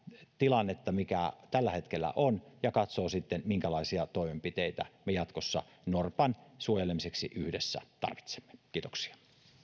tilannetta mikä tällä hetkellä on ja katsoo sitten minkälaisia toimenpiteitä me jatkossa norpan suojelemiseksi yhdessä tarvitsemme kiitoksia